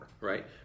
Right